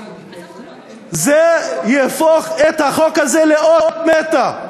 זה יהפוך את החוק הזה לאות מתה.